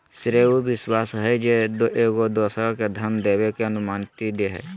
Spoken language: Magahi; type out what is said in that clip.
श्रेय उ विश्वास हइ जे एगो दोसरा के धन देबे के अनुमति दे हइ